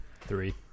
Three